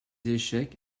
échecs